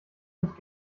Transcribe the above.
nicht